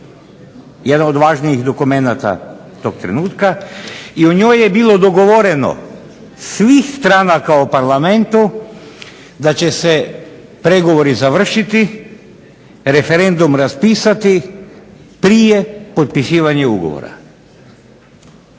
Jedan od važnijih dokumenata tog trenutka, i u njoj je bilo dogovoreno svih stranaka u Parlamentu da će se pregovori završiti, referendum raspisati prije potpisivanja ugovora.